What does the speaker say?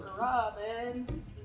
Robin